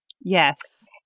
Yes